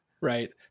right